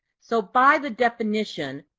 so by the definition,